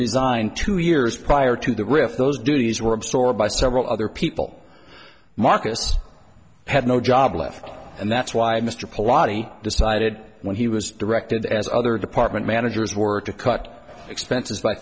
resigned two years prior to the riff those duties were absorbed by several other people marcus had no job left and that's why mr polaski decided when he was directed as other department managers were to cut expenses like